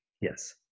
yes